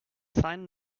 sign